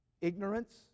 ignorance